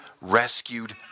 rescued